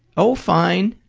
oh fine!